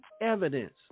evidence